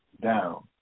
down